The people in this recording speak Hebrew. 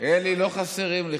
אלי, לא חסרים לי.